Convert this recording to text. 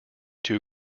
two